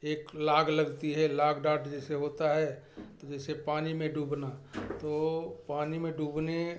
एक लाग लगती है लाग डॉट जैसे होता है तो जैसे पानी में डूबना तो पानी में डूबने